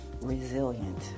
resilient